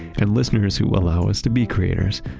and listeners who allow us to be creators.